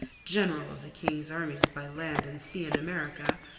general of the king's armies by land and sea in america,